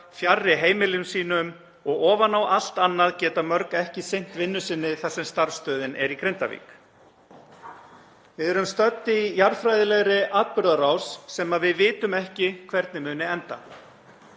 fjarri heimilum sínum og ofan á allt annað geta mörg ekki sinnt vinnu sinni þar sem starfsstöðin er í Grindavík. Við erum stödd í jarðfræðilegri atburðarás sem við vitum ekki hvernig mun enda.